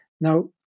Now